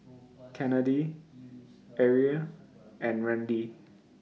Kennedi Arie and Randi